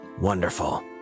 Wonderful